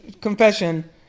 confession